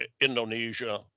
Indonesia